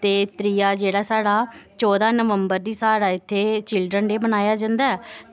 ते त्रीआ जेह्ड़ा साढ़ा चौदां नंवबर गी साढ़े इत्थें चिल्ड्रन डे मनाया जंदा